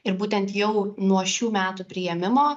ir būtent jau nuo šių metų priėmimo